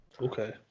Okay